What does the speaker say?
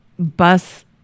bus